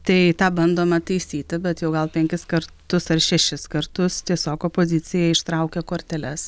tai tą bandome taisyti bet jau gal penkis kartus ar šešis kartus tiesiog opozicija ištraukia korteles